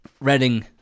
Reading